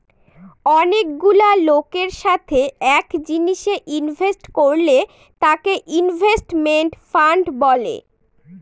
অনেকগুলা লোকের সাথে এক জিনিসে ইনভেস্ট করলে তাকে ইনভেস্টমেন্ট ফান্ড বলে